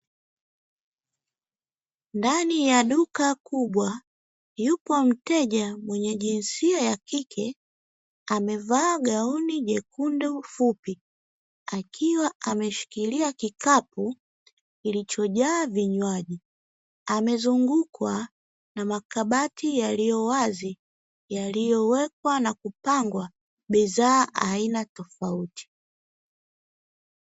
Ndani ya duka kubwa yupo mteja mwenye jinsia ya kike, amevaa gauni jekundu fupi akiwa ameshikilia kikapu kilichojaa vinywaji; amezungukwa na makabati yaliyo wazi yaliyowekwa na kupangwa bidhaa aina tofauti.